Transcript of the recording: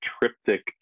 triptych